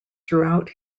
throughout